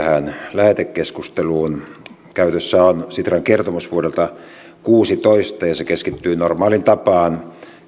lähetekeskusteluun käsittelyssä on sitran kertomus vuodelta kaksituhattakuusitoista ja se keskittyy normaaliin tapaan